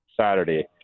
Saturday